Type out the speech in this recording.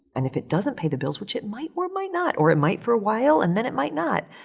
and if it doesn't pay the bills, which it might or might not, or it might for a while and then it might not.